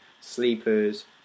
Sleepers